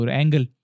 angle